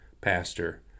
pastor